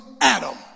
Adam